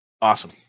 Awesome